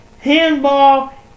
Handball